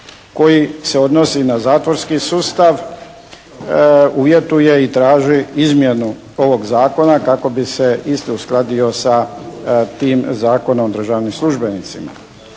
koji se odnosi na zatvorski sustav uvjetuje i traži izmjenu ovog zakona kako bi se isti uskladio sa tim Zakonom o državnim službenicima.